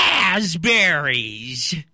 Raspberries